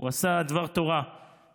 הוא עשה דבר תורה,